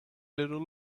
little